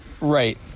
Right